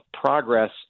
progress